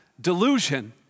delusion